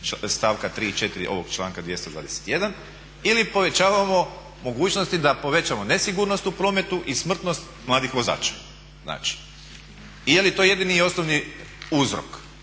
stavka 3.i 4.ovog članka 221.ili povećavamo mogućnosti da povećamo nesigurnost u prometu i smrtnost mladih vozača i jeli to jedini i osnovni uzrok.